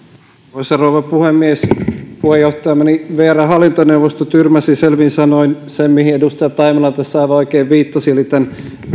arvoisa rouva puhemies puheenjohtamani vrn hallintoneuvosto tyrmäsi selvin sanoin sen mihin edustaja taimela tässä aivan oikein viittasi eli tämän